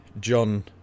John